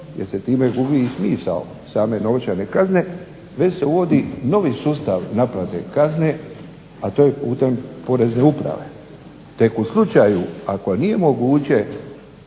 jer se time gubi smisao same novčane kazne, već se uvodi novi sustav naplate kazne, a to je putem porezne uprave. Tek u slučaju ako nije moguće